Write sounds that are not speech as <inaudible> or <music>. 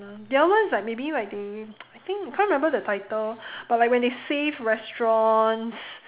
the other one is like maybe like they <noise> I think I can't remember the title but like when they save restaurants